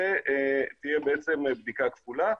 זאת תהיה בדיקה כפולה.